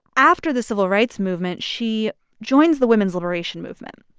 after the civil rights movement, she joins the women's liberation movement.